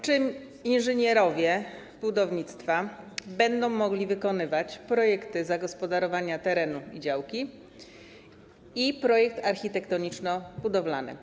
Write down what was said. Czy inżynierowie budownictwa będą mogli wykonywać projekty zagospodarowania terenu i działki oraz projekt architektoniczno-budowlany?